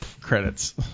credits